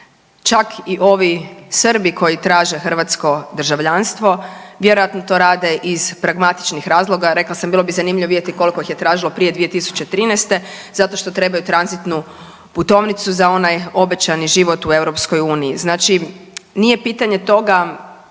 Čak i ovi Srbi koji traže hrvatsko državljanstvo vjerojatno to rade iz pragmatičnih razloga. Rekla sam bilo bi zanimljivo vidjeti koliko ih je tražilo prije 2013. zato što trebaju tranzitnu putovnicu za onaj obećani život u EU. Znači, nije pitanje toga